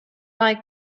like